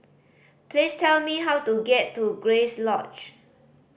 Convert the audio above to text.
please tell me how to get to Grace Lodge